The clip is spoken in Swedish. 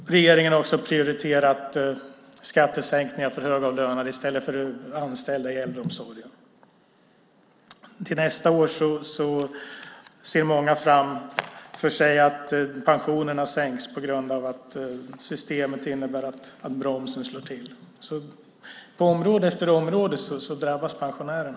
Regeringen har också prioriterat skattesänkningar för högavlönade i stället för anställda i äldreomsorgen. Många ser framför sig att pensionerna sänks nästa år på grund av att bromsen i systemet slår till. På område efter område drabbas pensionärerna.